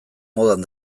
modan